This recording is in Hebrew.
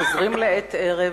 חוזרים לעת ערב,